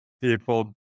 people